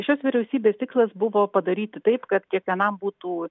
šios vyriausybės tikslas buvo padaryti taip kad kiekvienam būtų